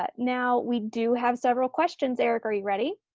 but now we do have several questions. eric, are you ready?